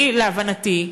להבנתי,